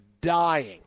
dying